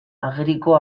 ageriko